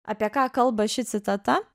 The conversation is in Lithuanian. apie ką kalba ši citata